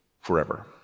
forever